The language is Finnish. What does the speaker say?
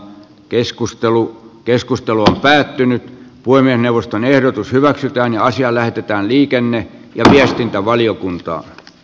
keskustelu keskustelu päättynyt voimme neuvoston ehdotus hyväksytään naisia lähetetään liikenne ja viestintävaliokunta